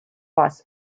вас